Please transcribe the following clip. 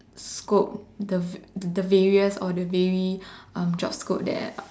scope the the various or the vary job scopes that